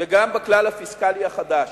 וגם בכלל הפיסקלי החדש.